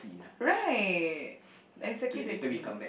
right exactly the same